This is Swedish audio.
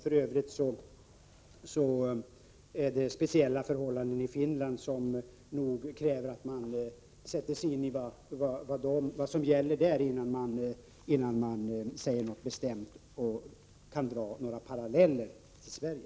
För övrigt är det speciella förhållanden i Finland som nog kräver att man sätter sig in i vad som gäller där, innan man kan dra några paralleller till Sverige.